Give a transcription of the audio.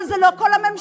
אבל זה לא כל הממשלה,